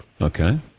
Okay